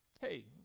Hey